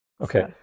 Okay